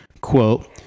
quote